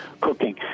cooking